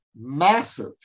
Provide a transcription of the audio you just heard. massive